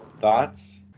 Thoughts